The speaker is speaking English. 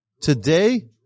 Today